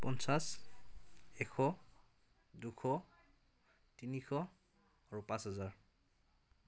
পঞ্চাছ এশ দুশ তিনিশ আৰু পাঁচ হাজাৰ